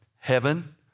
heaven